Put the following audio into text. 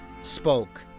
spoke